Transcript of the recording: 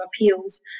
appeals